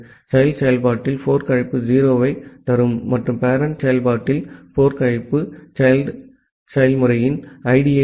child செயல்பாட்டில் fork அழைப்பு 0 ஐத் தரும் மற்றும் பேரெண்ட் செயல்பாட்டில் fork அழைப்பு child செயல்முறையின் ஐடியைத் தரும்